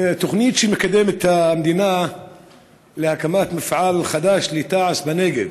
התוכנית שמקדמת המדינה להקמת מפעל חדש לתעש בנגב